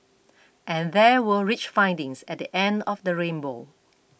and there were rich findings at the end of the rainbow